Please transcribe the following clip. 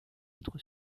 être